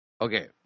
Okay